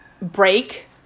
break